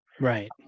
Right